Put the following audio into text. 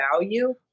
value